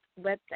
website